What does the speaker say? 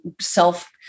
self